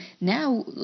now